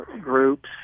groups